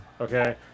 okay